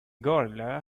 gorilla